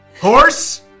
Horse